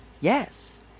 Yes